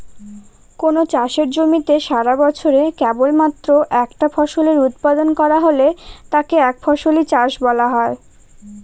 কোনো চাষের জমিতে সারাবছরে কেবলমাত্র একটা ফসলের উৎপাদন করা হলে তাকে একফসলি চাষ বলা হয়